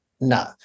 no